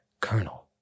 Colonel